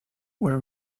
were